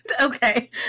okay